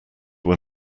were